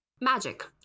Magic